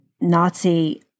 Nazi